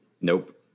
Nope